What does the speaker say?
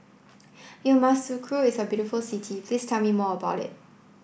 Yamoussoukro is a very beautiful city please tell me more about it